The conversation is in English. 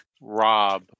Rob